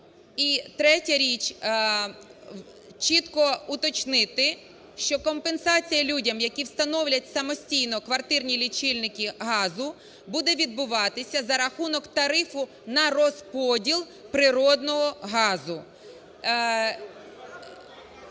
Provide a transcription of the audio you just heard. третя річ. Чітко уточнити, що компенсація людям, які встановлять самостійно квартирні лічильники газу, буде відбуватися за рахунок тарифу на розподіл природного газу.